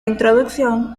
introducción